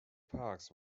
parks